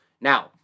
Now